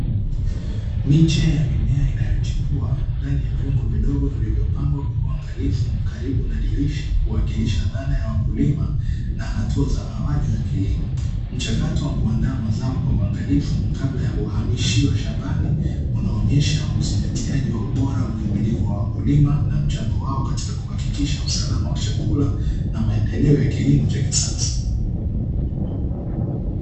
Miche ya mimea inayochipua ndani ya vyungu vidogo vilivyopangwa kwa uangalifu karibu na dirisha kuwakilisha dhana ya wakulima na hatua za awali za kilimo. Mchakato wa kuandaa mazao kwa uangalifu kabla ya kuhamishiwa shambani unaonyesha uzingatiaji wa ubora na uvumilivu wa wakulima na mchango wao katika kuhakikisha usalama wa chakula na maendeleo ya kilimo cha kisasa.